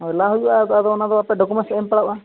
ᱦᱳᱭ ᱞᱟ ᱦᱩᱭᱩᱜᱼᱟ ᱚᱱᱟ ᱫᱚ ᱟᱯᱮ ᱰᱳᱠᱚᱢᱮᱱᱴᱥ ᱮᱢ ᱯᱟᱲᱟᱣᱜᱼᱟ